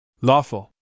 lawful